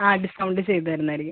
ആ ഡിസ്കൗണ്ട് ചെയ്ത് തരുന്നതായിരിക്കും